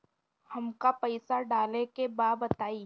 हमका पइसा डाले के बा बताई